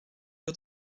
kdo